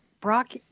Brock